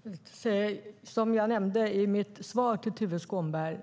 Herr talman! Som jag nämnde i mitt svar till Tuve Skånberg